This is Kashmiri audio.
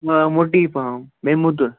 آ موٚٹی پہم بیٚیہِ موٚدُ